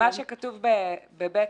מה שכתוב ב-(ב),